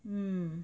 mm